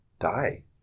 die